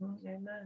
Amen